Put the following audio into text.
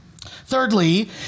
Thirdly